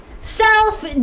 Self